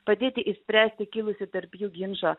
padėti išspręsti kilusį tarp jų ginčą